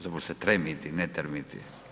Zovu se Tremiti, ne Termiti.